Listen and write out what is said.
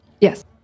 Yes